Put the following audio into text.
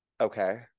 Okay